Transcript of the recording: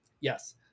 Yes